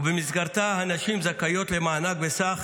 ובמסגרתה הנשים זכאיות למענק בסך,